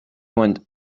went